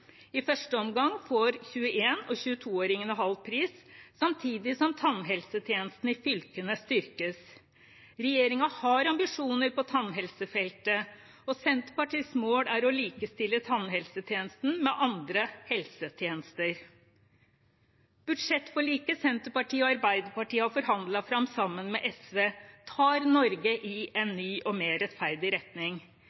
I første omgang får 21- og 22-åringene halv pris, samtidig som tannhelsetjenesten i fylkene styrkes. Regjeringen har ambisjoner på tannhelsefeltet og Senterpartiets mål er å likestille tannhelsetjenesten med andre helsetjenester. Budsjettforliket Senterpartiet og Arbeiderpartiet har forhandlet fram sammen med SV, tar Norge i en